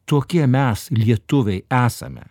tokie mes lietuviai esame